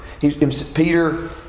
Peter